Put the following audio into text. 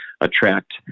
attract